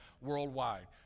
worldwide